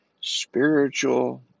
Spiritual